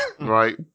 right